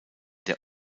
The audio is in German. der